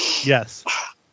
Yes